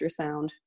ultrasound